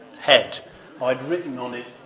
head i'd written on it